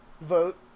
vote